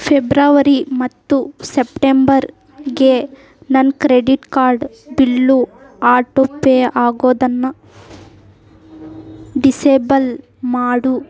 February ಮತ್ತು ಸೆಪ್ಟೆಂಬರ್ಗೆ ನನ್ನ credit card bill auto pay ಆಗೋದನ್ನು ಡಿಸೇಬಲ್ ಮಾಡು